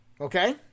okay